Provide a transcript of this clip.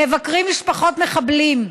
מבקרים משפחות מחבלים,